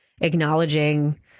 acknowledging